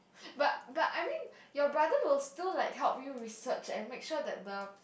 but but I mean your brother will still like help you research and make sure that the